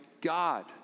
God